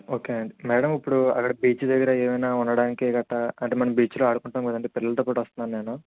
okay అండి madam ఇప్పుడు అక్కడ బీచ్ దగ్గర ఏమైనా ఉండడానికి కట్టా అంటే మనం బీచ్లో ఆడుకుంటాం కదండి పిల్లలతో పాటు వస్తున్నా నేను